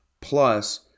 plus